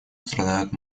страдают